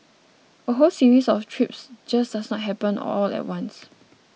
a whole series of trips just does not happen all at once